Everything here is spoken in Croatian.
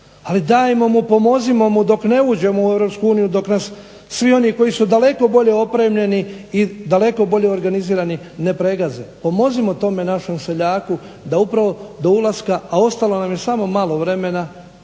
ali dajmo mu pomozimo mu dok ne uđemo u EU dok nas svi oni koji su daleko bolje opremljeni i daleko bolje organizirani ne pregaze. Pomozimo tome našem seljaku da upravo do ulaska, a ostalo nam je samo malo vremena